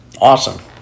awesome